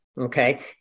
Okay